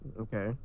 Okay